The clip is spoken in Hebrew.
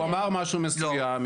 הוא אמר משהו מסוים.